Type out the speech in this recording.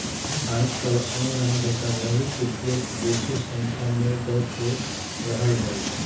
याजकाल ऑनलाइन धोखाधड़ी के केस बेशी संख्या में दर्ज हो रहल हइ